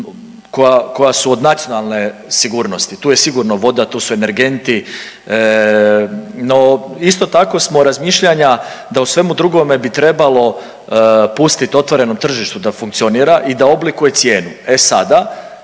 koja su od nacionalne sigurnosti, tu je sigurno voda, tu su energenti, no isto tako smo razmišljanja da o svemu drugome bi trebalo pustit otvorenom tržištu da funkcionira i oblikuje cijenu. E sada